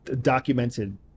documented